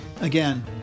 Again